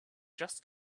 just